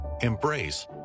embrace